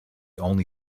only